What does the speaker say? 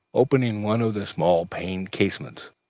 opening one of the small-paned casements,